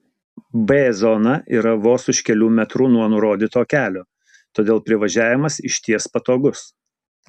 b zona yra vos už kelių metrų nuo nurodyto kelio todėl privažiavimas išties patogus